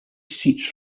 seats